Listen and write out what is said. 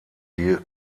die